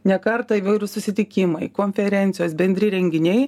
ne kartą įvairūs susitikimai konferencijos bendri renginiai